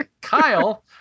Kyle